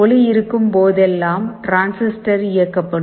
ஒளி இருக்கும் போதெல்லாம் டிரான்சிஸ்டர் இயக்கப்படும்